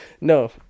No